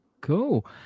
Cool